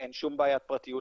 אין שום בעיית פרטיות,